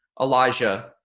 Elijah